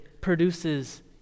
produces